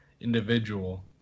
individual